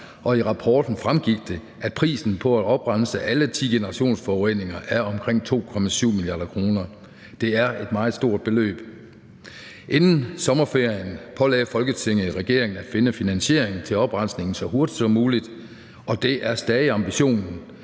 og i rapporten fremgik det, at prisen på at oprense alle ti generationsforureninger er omkring 2,7 mia. kr. Det er et meget stort beløb. Inden sommerferien pålagde Folketinget regeringen at finde finansiering til oprensningen så hurtigt som muligt, og det er stadig ambitionen.